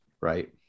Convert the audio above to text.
right